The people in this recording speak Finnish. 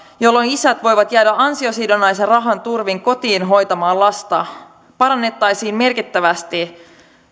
jolloin isät voivat jäädä ansiosidonnaisen rahan turvin kotiin hoitamaan lasta parannettaisiin merkittävästi